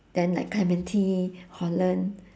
then like clementi holland